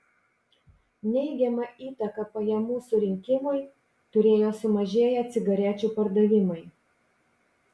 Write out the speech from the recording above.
neigiamą įtaką pajamų surinkimui turėjo sumažėję cigarečių pardavimai